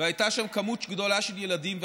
והייתה שם כמות גדולה של ילדים.